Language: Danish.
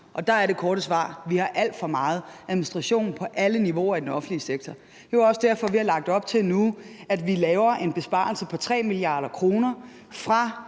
Og der er det korte svar: Vi har alt for meget administration på alle niveauer i den offentlige sektor. Det er også derfor, vi har lagt op til nu, at vi laver en besparelse på 3 mia. kr. fra